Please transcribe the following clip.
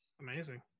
Amazing